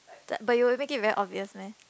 t~ but you will make it very obvious meh